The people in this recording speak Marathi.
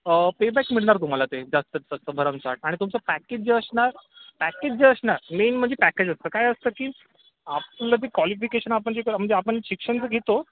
पेबॅक मिळणार तुम्हाला ते जास्तीत जास्त भरमसाठ आणि तुमचं पॅकेज जे असणार पॅकेज जे असणार मेन म्हणजे पॅकेज असतं काय असतं की आपलं जे क्वॉलिफिकेशन आपण जे म्हणजे आपण शिक्षण जे घेतो